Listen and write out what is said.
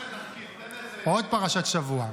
עוד פרשת שבוע.